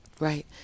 Right